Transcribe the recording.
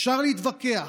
אפשר להתווכח,